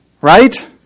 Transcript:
Right